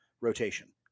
rotation